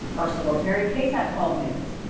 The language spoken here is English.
ursula pari ksat twelve news.